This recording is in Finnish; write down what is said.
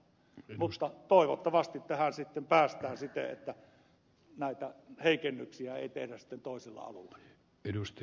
mutta toivottavasti tähän sitten päästään siten että näitä heikennyksiä ei tehdä sitten toisella alueella